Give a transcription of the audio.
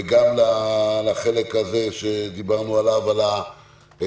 וגם לחלק הזה שדיברנו עליו על החיווי.